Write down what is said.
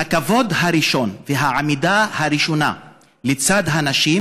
הכבוד הראשון והעמידה הראשונה לצד הנשים